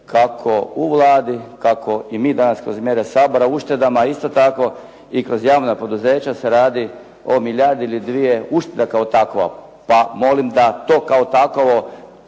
kako u Vladi, kako i mi danas kroz mjere Sabora uštedama isto tako i kroz javna poduzeća se radi o milijardu ili dvije ušteda kao takva pa molim da to kao takovo